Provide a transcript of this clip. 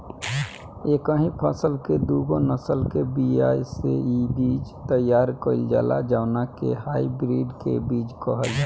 एकही फसल के दूगो नसल के बिया से इ बीज तैयार कईल जाला जवना के हाई ब्रीड के बीज कहल जाला